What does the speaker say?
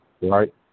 right